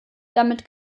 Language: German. damit